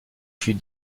fut